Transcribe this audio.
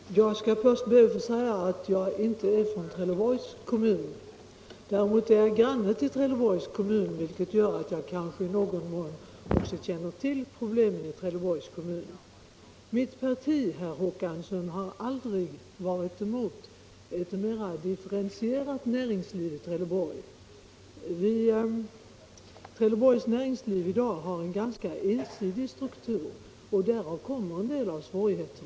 Herr talman! Jag skall först be att få säga att jag inte är från Trelleborgs kommun. Men jag är granne till Trelleborgs kommun, vilket gör att jag kanske i någon mån också känner till problemen i denna kommun. Mitt parti, herr Håkansson, har aldrig varit emot ett mera differentierat näringsliv i Trelleborg. Trelleborgs näringsliv har i dag en ganska ensidig struktur, och därav kommer en del av kommunens svårigheter.